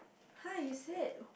hi you said